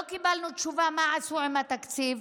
לא קיבלנו תשובה מה עשו עם התקציב.